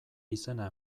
izena